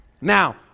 Now